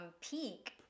peak